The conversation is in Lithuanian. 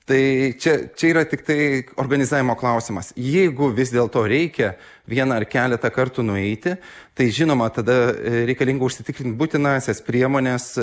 tai čia čia yra tiktai organizavimo klausimas jeigu vis dėl to reikia vieną ar keletą kartų nueiti tai žinoma tada reikalinga užsitikrint būtinąsias priemones